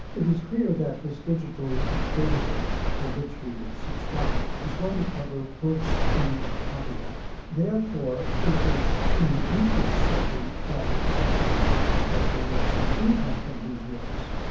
it was clear that this digital database for which we would subscribe, was going to cover works in copyright. therefore, it was in the interests of the authors and the publishers that they get some income from these works.